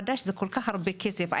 11,000 שקל זה הרבה כסף עבור עולה חדש.